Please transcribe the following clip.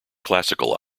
classical